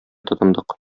тотындык